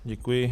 Děkuji.